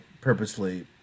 purposely